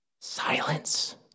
Silence